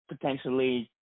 potentially